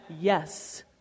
Yes